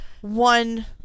one